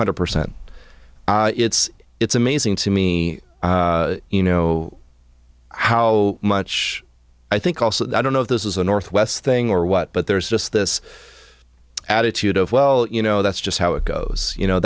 hundred percent it's it's amazing to me you know how much i think also that i don't know if this is a northwest thing or what but there's just this attitude of well you know that's just how it goes you know